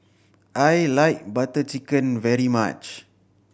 I like Butter Chicken very much